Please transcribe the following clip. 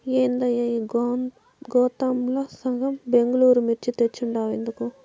ఏందయ్యా ఈ గోతాంల సగం బెంగళూరు మిర్చి తెచ్చుండావు ఎందుకు